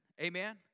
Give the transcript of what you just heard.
Amen